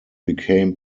became